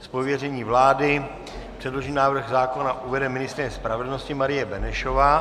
Z pověření vlády předložený návrh zákona uvede ministryně spravedlnosti Marie Benešová.